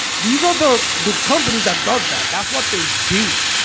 these are the the company that does that that's what they do